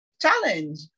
challenge